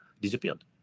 disappeared